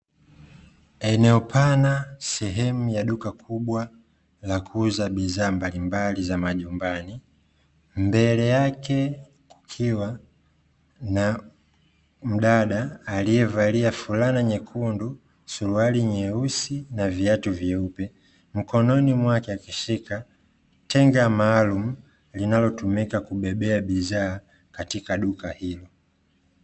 Eneo pana sehemu ya duka kubwa linaliuza bidhaa mbalimbali za majumbani mbele yake kukiwa na mdada aliyevalia fulana nyekundu, suruali nyeusi na viatu vyeupe mkononi mwake akishika tenga maalumu linalotumika kubebea bidhaa katika duka hilo.